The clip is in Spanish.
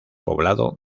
poblado